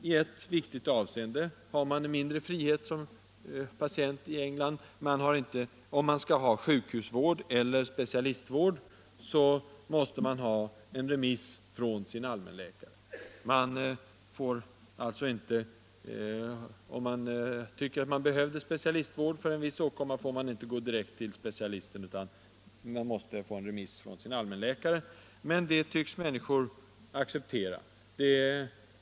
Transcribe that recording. I ett avseende har man som patient mindre frihet i England. För sjukhuseller specialistvård måste man ha remiss från sin allmänläkare. Den patient som tycker att han behöver specialistvård för en viss åkomma får inte gå direkt till specialisten. Han måste som sagt ha en remiss från sin allmänläkare. Men det tycks människor acceptera.